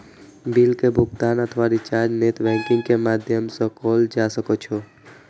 bill के भुगातन अथवा रिचार्ज नेट बैंकिंग के माध्यम सं कैल जा सकै छै